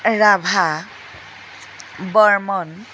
Rabha Barman